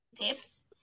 tips